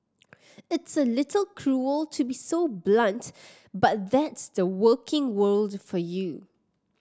it's a little cruel to be so blunt but that's the working world for you